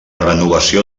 renovació